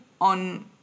on